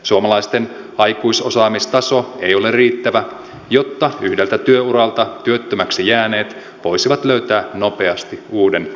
suomalaisten aikuisosaamistaso ei ole riittävä jotta yhdeltä työuralta työttömäksi jääneet voisivat löytää nopeasti uuden työuran